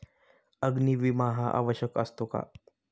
अग्नी विमा हा आवश्यक असतो का?